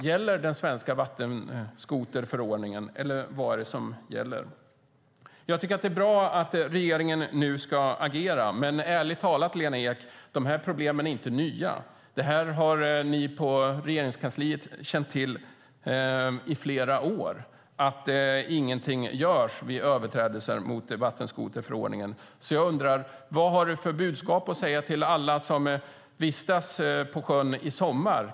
Gäller den svenska vattenskoterförordningen, eller vad är det som gäller? Jag tycker att det är bra att regeringen nu ska agera. Men ärligt talat, Lena Ek - problemen är inte nya. Ni på Regeringskansliet har känt till i flera år att ingenting görs vid överträdelser mot vattenskoterförordningen. Jag undrar: Vad har du för budskap till alla som vistas på sjön i sommar?